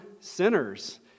sinners